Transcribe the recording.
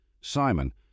Simon